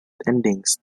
endings